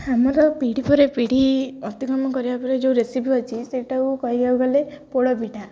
ଆମର ପିଢ଼ି ପରେ ପିଢ଼ି ଅତିକମ୍ କରିବା ପରେ ଯେଉଁ ରେସିପି ଅଛି ସେଇଟାକୁ କହିବାକୁ ଗଲେ ପୋଡ଼ ପିଠା